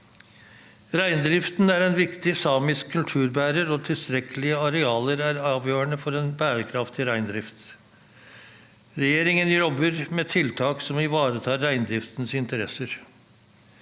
Reindriften er en viktig samisk kulturbærer, og tilstrekkelige arealer er avgjørende for en bærekraftig reindrift. Regjeringen jobber med tiltak som ivaretar reindriftens interesser.